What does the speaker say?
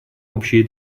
общие